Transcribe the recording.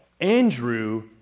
Andrew